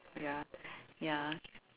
ya ya